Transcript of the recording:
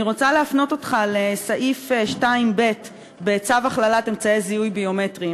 אני רוצה להפנות אותך לסעיף 2(ב) בצו הכללת אמצעי זיהוי ביומטריים,